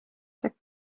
sekt